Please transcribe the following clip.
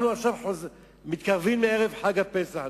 אנחנו מתקרבים לערב חג הפסח,